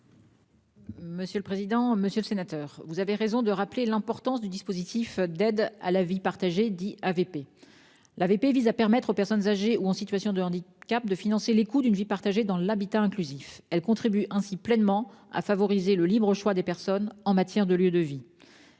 ministre déléguée. Monsieur le sénateur, vous avez raison de rappeler l'importance de l'aide à la vie partagée. L'AVP vise à permettre aux personnes âgées ou en situation de handicap de financer les coûts d'une vie partagée dans l'habitat inclusif. Elle contribue ainsi pleinement à favoriser le libre choix du lieu de vie.